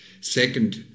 Second